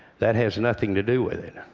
that has nothing to do with it.